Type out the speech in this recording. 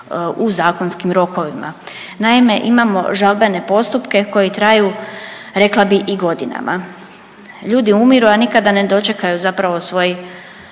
u zakonskim rokovima. Naime, imao žalbene postupke koji traju rekla bi i godinama. Ljudi umiru, a nikada ne dočekaju zapravo svoj,